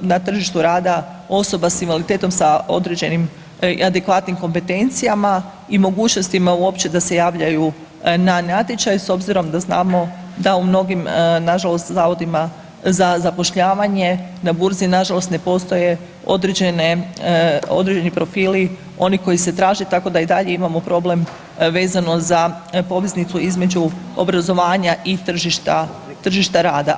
na tržištu rada osoba s invaliditetom sa određenim adekvatnim kompetencijama i mogućnostima uopće da se javljaju na natječaj s obzirom da znamo da u mnogim nažalost zavodima za zapošljavanje, na burzi nažalost ne postoje određene, određeni profili oni koji se traže tako da i dalje imamo problem vezano za poveznicu između obrazovanja i tržišta, tržišta rada.